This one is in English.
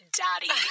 daddy